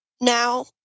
now